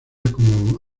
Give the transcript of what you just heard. como